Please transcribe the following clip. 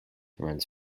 runs